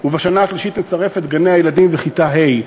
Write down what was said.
ובשנה השלישית נצרף את גני-הילדים וכיתה ה'.